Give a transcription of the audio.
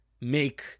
make